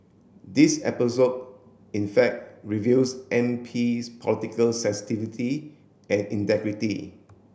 this episode in fact reveals MP's political sensitivity and integrity